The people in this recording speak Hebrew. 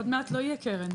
עוד מעט לא יהיה קרן.